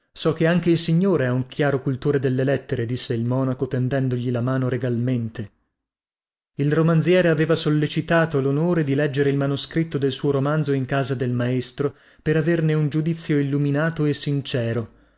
so che anche il signore è un chiaro cultore delle lettere disse il monaco tendendogli la mano regalmente il romanziere aveva sollecitato lonore di leggere il manoscritto del suo romanzo in casa del maestro per averne un giudizio illuminato e sincero